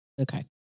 okay